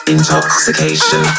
Intoxication